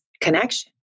connection